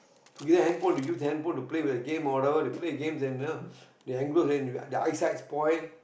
you give them handphone they use their handphone to play with their games or whatever they play their games and you know the angles and their eyesight spoil